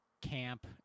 camp